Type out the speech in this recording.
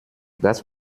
das